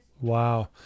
Wow